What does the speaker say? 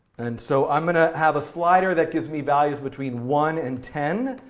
and so i'm going to have a slider that gives me values between one and ten.